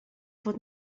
fod